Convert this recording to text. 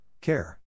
Care